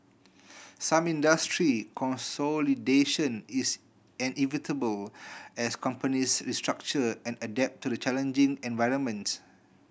some industry consolidation is inevitable as companies restructure and adapt to the challenging environment